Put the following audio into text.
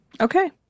Okay